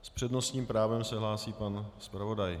S přednostním právem se hlásí pan zpravodaj.